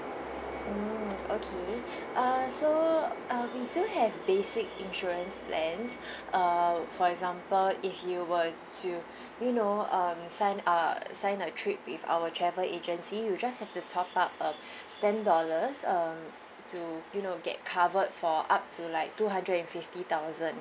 mm okay uh so uh we do have basic insurance plans err for example if you were to you know um sign uh sign a trip with our travel agency you just have top up uh ten dollars um to you know get covered for up to like two hundred and fifty thousand